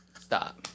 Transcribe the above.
Stop